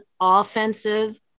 offensive